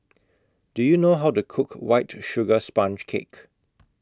Do YOU know How to Cook White Sugar Sponge Cake